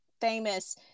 famous